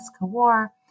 War